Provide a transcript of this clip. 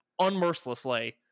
unmercilessly